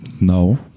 No